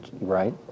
Right